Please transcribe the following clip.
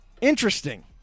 interesting